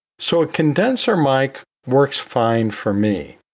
so a condenser mic works fine for me.